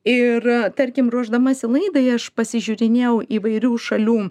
ir tarkim ruošdamasi laidai aš pasižiūrinėjau įvairių šalių